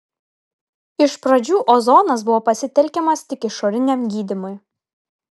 iš pradžių ozonas buvo pasitelkiamas tik išoriniam gydymui